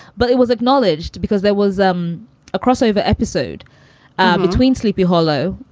but it was acknowledged because there was um a crossover episode between sleepy hollow,